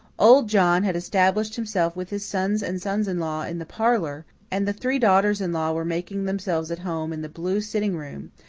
old john had established himself with his sons and sons-in-law in the parlour, and the three daughters-in-law were making themselves at home in the blue sitting-room,